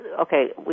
okay